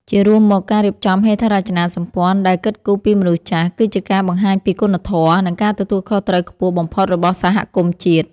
ជារួមមក ការរៀបចំហេដ្ឋារចនាសម្ព័ន្ធដែលគិតគូរពីមនុស្សចាស់ គឺជាការបង្ហាញពីគុណធម៌ និងការទទួលខុសត្រូវខ្ពស់បំផុតរបស់សហគមន៍ជាតិ។